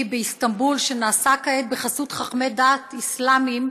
באיסטנבול שנעשה כעת בחסות חכמי דת אסלאמיים